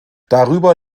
darüber